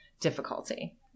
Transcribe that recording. difficulty